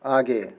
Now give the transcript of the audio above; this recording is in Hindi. आगे